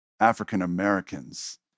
African-Americans